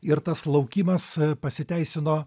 ir tas laukimas pasiteisino